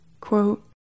Quote